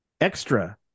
Extra